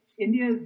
India